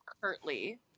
curtly